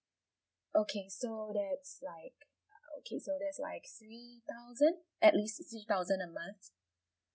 okay so that's like okay so that's like three thousand at least three thousand a month